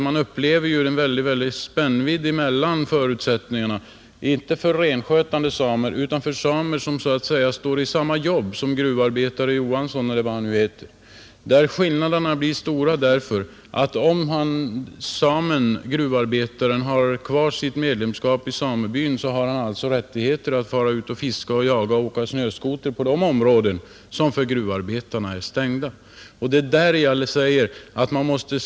Man upplever nämligen väldiga spänningar mellan de samer som arbetar t.ex. i gruvan — jag tänker alltså inte på de renskötande samerna — och gruvarbetaren Johansson eller vad han nu heter när det gäller rätten till jakt och fiske. Om samen-gruvarbetaren har kvar sitt medlemskap i samebyn har han alltså rättighet att fiska, jaga och åka snöskoter på de områden som är stängda för andra gruvarbetare.